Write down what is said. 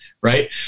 Right